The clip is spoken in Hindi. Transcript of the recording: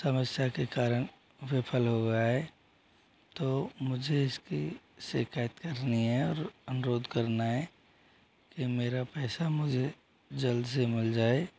समस्या के कारण विफल हो गया है तो मुझे इसकी शिकायत करनी है और अनुरोध करना है कि मेरा पैसा मुझे जल्द से मिल जाए